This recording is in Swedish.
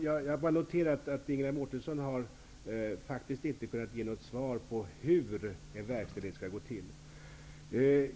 Jag noterar bara att Ingela Mårtensson faktiskt inte har kunnat ge något svar på hur en verkställighet skall gå till.